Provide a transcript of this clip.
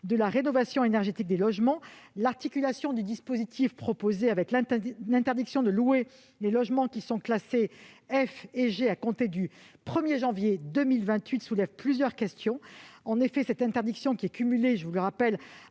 de la rénovation énergétique des logements, l'articulation du dispositif proposé avec l'interdiction de louer des logements classés F et G à compter du 1 janvier 2028 soulève plusieurs questions. En effet, cette interdiction, qui se cumule, je vous le rappelle,